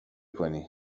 کنی